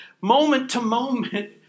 moment-to-moment